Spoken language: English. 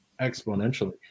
exponentially